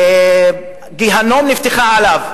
גיהינום נפתח עליו,